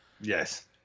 Yes